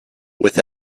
with